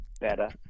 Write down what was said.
better